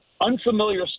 unfamiliar